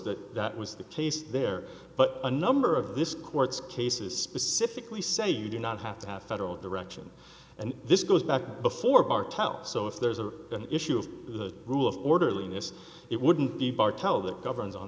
that that was the case there but a number of this court's cases specifically say you do not have to have federal direction and this goes back before bar twelve so if there's an issue of the rule of orderly in this it wouldn't be part tell that governs on